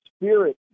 Spirit